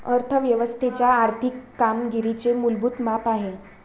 अर्थ व्यवस्थेच्या आर्थिक कामगिरीचे मूलभूत माप आहे